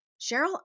Cheryl